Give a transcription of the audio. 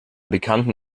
bekannten